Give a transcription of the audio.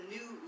New